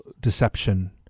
deception